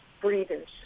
breathers